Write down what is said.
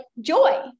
joy